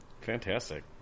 Fantastic